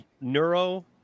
Neuro